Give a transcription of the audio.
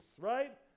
right